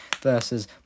versus